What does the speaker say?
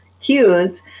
cues